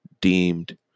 deemed